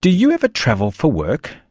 do you ever travel for work?